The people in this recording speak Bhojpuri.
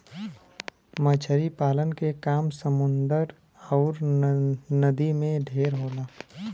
मछरी पालन के काम समुन्दर अउर नदी में ढेर होला